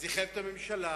זה יחייב את הממשלה,